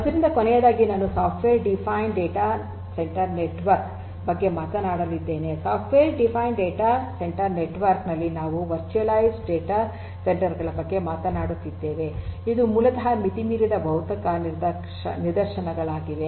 ಆದ್ದರಿಂದ ಕೊನೆಯದಾಗಿ ನಾನು software defined data center network ಬಗ್ಗೆ ಮಾತನಾಡಲಿದ್ದೇನೆ software defined data center network ನಲ್ಲಿ ನಾವು ವರ್ಚುವಲೈಸ್ಡ್ ಡಾಟಾ ಸೆಂಟರ್ ಗಳ ಬಗ್ಗೆ ಮಾತನಾಡುತ್ತಿದ್ದೇವೆ ಇದು ಮೂಲತಃ ಮಿತಿ ಮೀರಿದ ಭೌತಿಕ ನಿದರ್ಶನಗಳಾಗಿವೆ